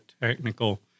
technical